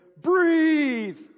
Breathe